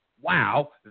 Wow